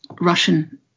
Russian